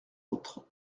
autres